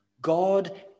God